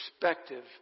perspective